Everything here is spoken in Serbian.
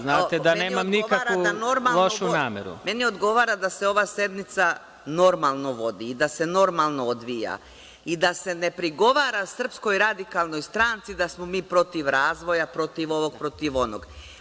Znate, da nemam nikakvu lošu nameru.) Meni odgovara da se ova sednica normalno vodi i da se normalno odvija i da se ne prigovara SRS da smo mi protiv razvoja, protiv ovog, protiv onog.